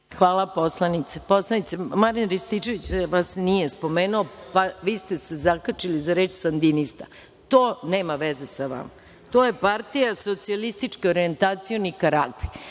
Vreme. Hvala poslanice. Poslanice, Marijan Rističević vas nije spomenuo. Vi ste se zakačili za reč „sandinista“. To nema veza sa vama. to je partija socijalističko-orijentacioni karakter